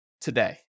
today